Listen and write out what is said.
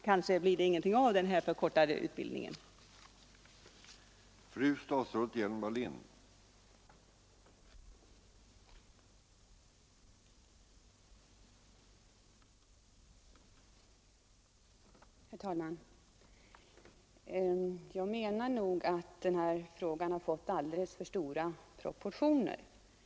Kanske blir den här förkortade utbildningen inte av?